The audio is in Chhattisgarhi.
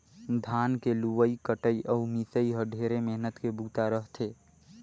धान के लुवई कटई अउ मिंसई ह ढेरे मेहनत के बूता रह थे